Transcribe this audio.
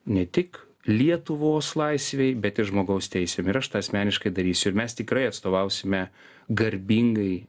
ne tik lietuvos laisvei bet ir žmogaus teisėm ir aš tą asmeniškai darysiu ir mes tikrai atstovausime garbingai